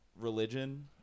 religion